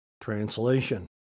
translation